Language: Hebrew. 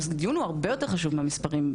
הדיון הוא הרבה יותר חשוב מהמספרים.